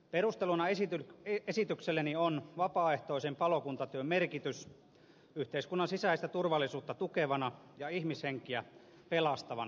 perusteluna esitykselleni on vapaaehtoisen palokuntatyön merkitys yhteiskunnan sisäistä turvallisuutta tukevana ja ihmishenkiä pelastavana toimintana